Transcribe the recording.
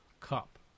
cup